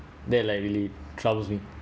that like really troubles me